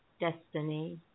destiny